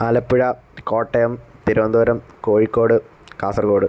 Alappuzha Kottayam Thiruvananthapuram Kozhikode Kasaragod